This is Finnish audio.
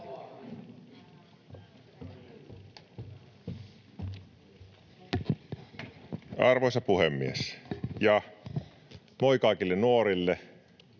Arvoisa puhemies! Moi kaikille nuorille!